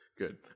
Good